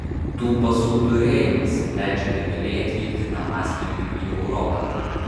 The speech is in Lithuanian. tų pasų turėjimas leidžia legaliai atvykti tam asmeniui į europą